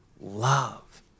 Love